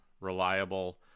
reliable